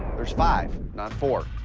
there's five, not four.